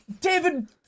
David